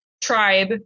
tribe